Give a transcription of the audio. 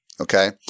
okay